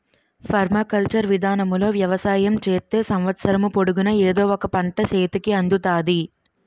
permaculture విధానములో వ్యవసాయం చేత్తే సంవత్సరము పొడుగునా ఎదో ఒక పంట సేతికి అందుతాది